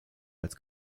als